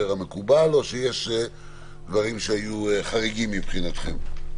מקובל או שיש דברים שהיו חריגים מבחינתכם?